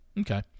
Okay